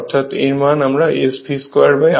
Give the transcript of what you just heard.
অর্থাৎ এর মান আমরা S v 2r2 পাবো